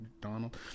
Donald